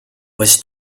was